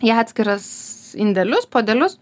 į atskiras indelius puodelius